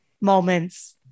moments